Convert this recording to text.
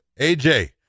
aj